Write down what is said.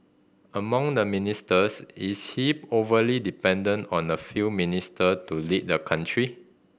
among the ministers is he overly dependent on a few minister to lead the country